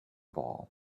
ball